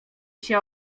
się